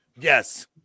Yes